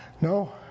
no